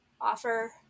offer